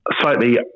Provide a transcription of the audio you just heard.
slightly